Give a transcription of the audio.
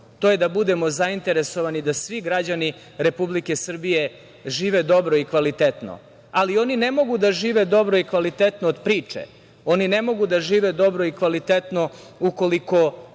to je da budemo zainteresovani da svi građani Republike Srbije žive dobro i kvalitetno. Ali oni ne mogu da žive dobro i kvalitetno od priče. Oni ne mogu da žive dobro i kvalitetno ukoliko